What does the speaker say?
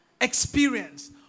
experience